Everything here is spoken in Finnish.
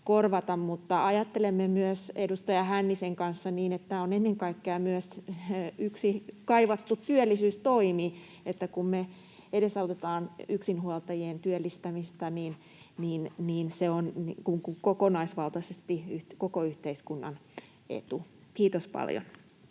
Mutta ajattelemme myös edustaja Hännisen kanssa niin, että tämä on ennen kaikkea yksi kaivattu työllisyystoimi: kun me edesautetaan yksinhuoltajien työllistämistä, niin se on kokonaisvaltaisesti koko yhteiskunnan etu. — Kiitos paljon.